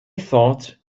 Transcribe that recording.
thought